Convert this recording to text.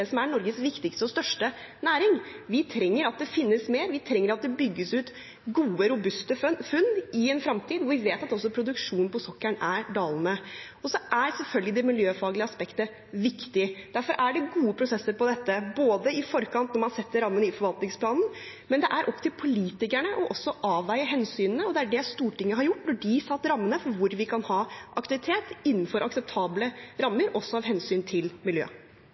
som er Norges viktigste og største næring. Vi trenger at det finnes mer. Vi trenger at det bygges ut gode, robuste funn i en fremtid hvor vi vet at også produksjonen på sokkelen er dalende. Så er selvfølgelig det miljøfaglige aspektet viktig. Derfor er det gode prosesser på dette i forkant, når man setter rammene i forvaltningsplanen, men det er opp til politikerne å avveie hensynene. Det er det Stortinget har gjort da de satte rammene for hvor vi kan ha aktivitet innenfor akseptable rammer, også av hensyn til